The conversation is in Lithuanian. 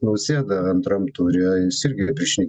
nausėda antram ture jis irgi prišnekėjo